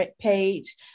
page